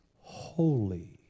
holy